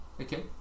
Okay